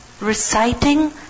Reciting